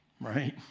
Right